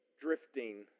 drifting